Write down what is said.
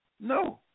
No